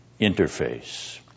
interface